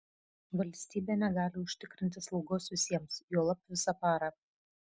valstybė negali užtikrinti slaugos visiems juolab visą parą